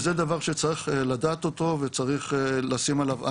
וזה דבר שצריך לדעת אותו וצריך לשים עליו עין.